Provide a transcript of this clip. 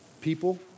people